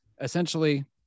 essentially